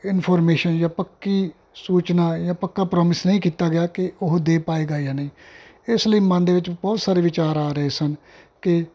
information ਜਾਂ ਪੱਕੀ ਸੂਚਨਾ ਜਾਂ ਪੱਕਾ ਪ੍ਰੋਮਿਸ ਨਹੀਂ ਕੀਤਾ ਗਿਆ ਕਿ ਉਹ ਦੇ ਪਾਵੇਗਾ ਜਾਂ ਨਹੀਂ ਇਸ ਲਈ ਮਨ ਦੇ ਵਿੱਚ ਬਹੁਤ ਸਾਰੇ ਵਿਚਾਰ ਆ ਰਹੇ ਸਨ ਕਿ